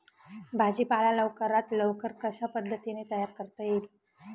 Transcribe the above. भाजी पाला लवकरात लवकर कशा पद्धतीने तयार करता येईल?